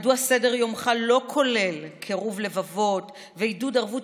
מדוע סדר יומך לא כולל קירוב לבבות ועידוד ערבות